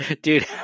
Dude